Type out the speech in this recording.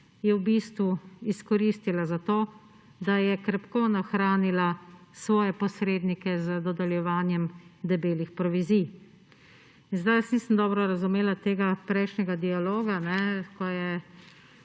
je v bistvu izkoristila za to, da je krepko nahranila svoje posrednike z dodeljevanjem debelih provizij. Jaz nisem dobro razumela prejšnjega dialoga, ko je